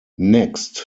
next